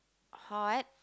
hot